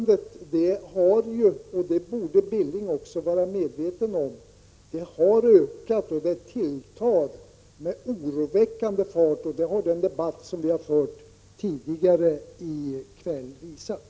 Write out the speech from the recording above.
Denna utveckling har ju, vilket Billing torde vara medveten om, gått allt snabbare, och problemen tilltar med oroväckande fart. Det har också den debatt som vi har fört tidigare i kväll visat.